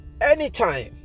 anytime